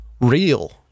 real